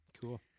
Cool